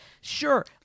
sure